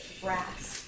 brass